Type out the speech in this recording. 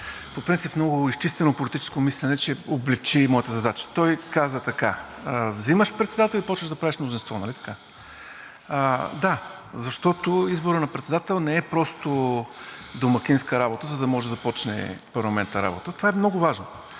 по принцип много изчистено политическо мислене, че облекчи моята задача. Той каза така: „Взимаш председател и започваш да правиш мнозинство“, нали така? Да, защото изборът на председател не е просто домакинска работа, за да може да започне парламентът работа. Това е много важно,